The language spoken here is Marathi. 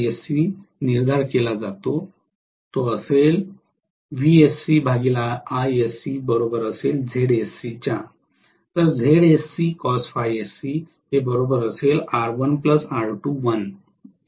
एकदा निर्धार केला जातो